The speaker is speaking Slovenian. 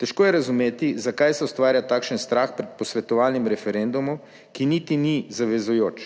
Težko je razumeti, zakaj se ustvarja takšen strah pred posvetovalnim referendumom, ki niti ni zavezujoč.